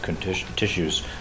tissues